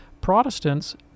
Protestants